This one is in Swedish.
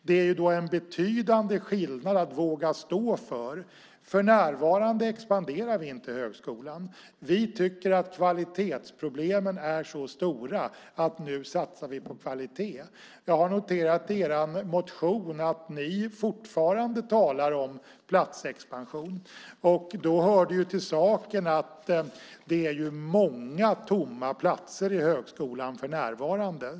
Det är en betydande skillnad att våga stå för det. För närvarande expanderar vi inte högskolan. Vi tycker att kvalitetsproblemen är så stora. Därför satsar vi nu på kvalitet. Jag har noterat i er motion att ni fortfarande talar om platsexpansion. Då hör det till saken att det för närvarande finns många tomma platser i högskolan.